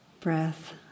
breath